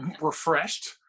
refreshed